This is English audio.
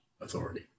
authority